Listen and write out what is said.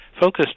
focused